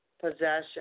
possession